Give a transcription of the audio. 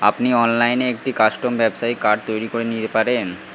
আপনি অনলাইনে একটি কাস্টম ব্যবসায়ী কার্ড তৈরি করে নিতে পারেন